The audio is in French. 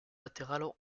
latérales